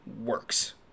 works